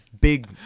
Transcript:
big